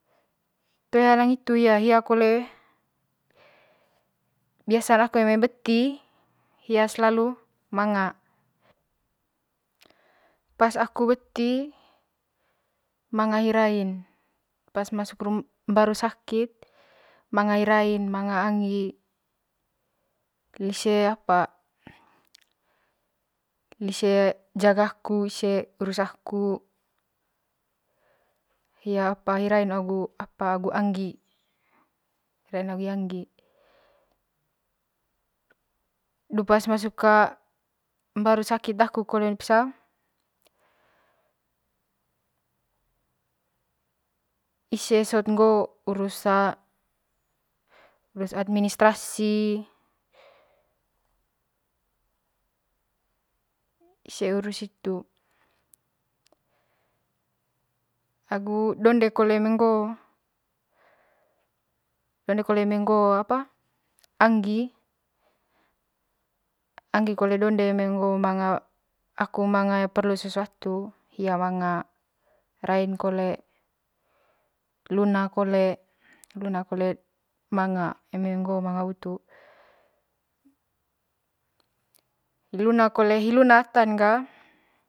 Toe hanang hitu hia, hia kole biasa aku eme beti hia selalu manga pas aku beti manga hi rain pas masuk nbaru sakkit manga hi rain manga hi angi lise apa lise jaga aku lise urus aku hia apa hi rain agu angi rain agu angi du pas masuk mbaru sakit daku kole one pisa ise sot ngo urus urus administrasi ise urus situ agu donde kole eme ngo'o donde kole eme ngo'o apa angi angi kole donde eme ngo manga aku manga perlu sesuatu hia manga rain kole luna kole luna kole manga eme ngo'o eme ngo manga butu hi luna kole hi luna atan ga.